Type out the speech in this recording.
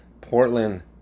Portland